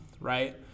right